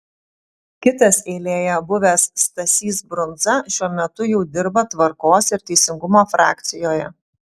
kitas eilėje buvęs stasys brundza šiuo metu jau dirba tvarkos ir teisingumo frakcijoje